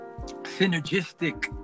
Synergistic